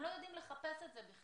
הם לא יודעים לחפש את זה בכלל.